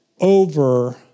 over